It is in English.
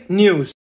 news